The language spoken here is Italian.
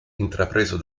intrapreso